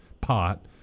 pot